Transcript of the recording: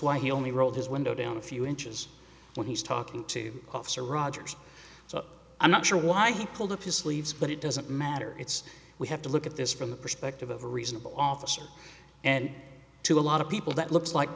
why he only rolled his window down a few inches when he's talking to officer rogers so i'm not sure why he pulled up his sleeves but it doesn't matter it's we have to look at this from the perspective of a reasonable officer and to a lot of people that looks like